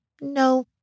no